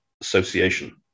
association